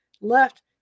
Left